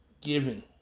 giving